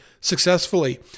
Successfully